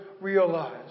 realize